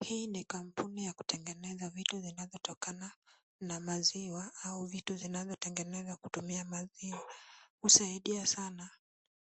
Hii ni kampuni ya kutengeneza vitu zinazotokana na maziwa au vitu zinazotengenezwa kutumia maziwa. Husaidia sana